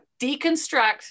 deconstruct